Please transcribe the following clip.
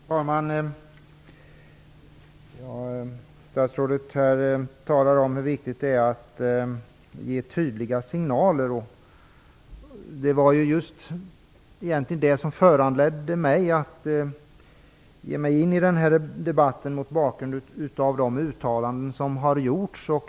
Fru talman! Statsrådet talar om hur viktigt det är att ge tydliga signaler. Det var egentligen det som föranledde mig att ge mig in i den här debatten mot bakgrund av de uttalanden som har gjorts.